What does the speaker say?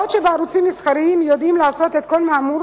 בעוד בערוצים מסחריים יודעים לעשות את כל האמור